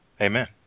Amen